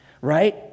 right